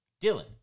Dylan